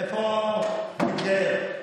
איפה המתגייר?